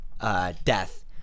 death